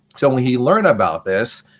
so when he learned about this,